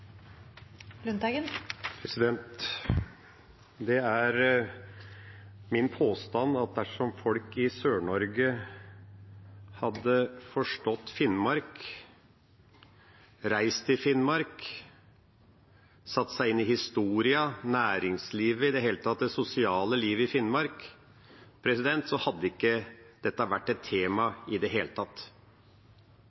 min påstand at dersom folk i Sør-Norge hadde forstått Finnmark, reist i Finnmark, satt seg inn i historien, næringslivet og i det hele tatt det sosiale livet i Finnmark, hadde ikke dette vært et tema